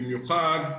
במיוחד,